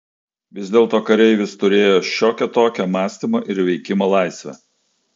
vis dėlto kareivis turėjo šiokią tokią mąstymo ir veikimo laisvę